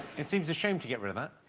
it seems a shame to get rid of that.